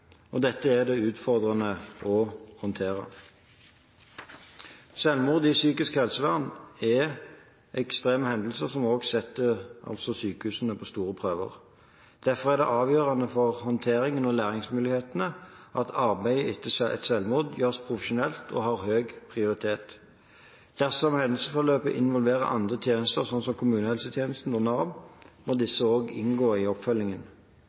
støtte. Dette er det utfordrende å håndtere. Selvmord i psykisk helsevern er ekstreme hendelser som også setter sykehusene på store prøver. Derfor er det avgjørende for håndteringen og læringsmulighetene at arbeidet etter et selvmord gjøres profesjonelt og har høy prioritet. Dersom hendelsesforløpet involverer andre tjenester, som kommunehelsetjenesten og Nav, må disse også inngå i oppfølgingen.